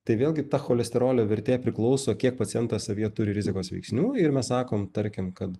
tai vėlgi ta cholesterolio vertė priklauso kiek pacientas savyje turi rizikos veiksnių ir mes sakom tarkim kad